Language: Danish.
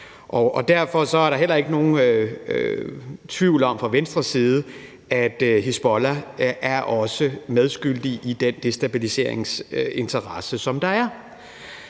Derfor er der heller ikke fra Venstres side nogen tvivl om, at Hizbollah også er medskyldig i den destabiliseringsinteresse, som der er.